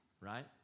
Right